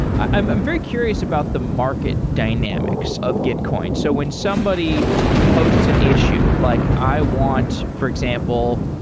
i am very curious about the market dynamics of gitcoin. so when somebody posts an issue like i want for example,